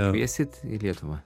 kviesit į lietuvą